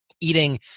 eating